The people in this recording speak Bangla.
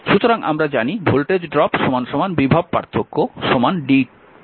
সুতরাং আমরা জানি ভোল্টেজ ড্রপ বিভব পার্থক্য dwdq